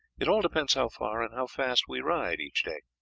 it all depends how far and how fast we ride each day.